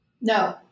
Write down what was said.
No